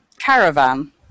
Caravan